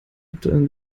aktuellen